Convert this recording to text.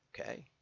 okay